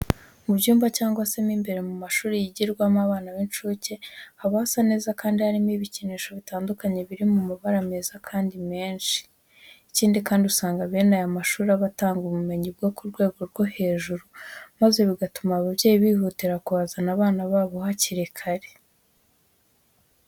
Mu byumba cyangwa se mo imbere mu mashuri yigirwamo n'abana b'incuke, haba hasa neza kandi harimo ibikinisho bitandukanye biri mu mabara meza kandi menshi. Ikindi kandi usanga bene aya mashuri aba atanga ubumenyi bwo ku rwego rwo hejuru, maze bigatuma ababyeyi bihutira kuhazana abana babo hakiri kare.